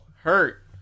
hurt